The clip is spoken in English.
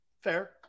Fair